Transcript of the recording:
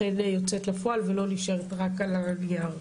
שהיא אכן תצא לפועל ולא נשארת רק על הנייר.